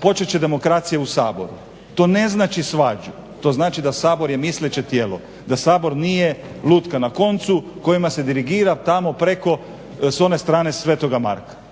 počet će demokracija u Saboru. To ne znači svađu. To znači da Sabor je misleće tijelo, da Sabor nije lutka na koncu kojima se dirigira tamo preko s one strane Sv. Marka,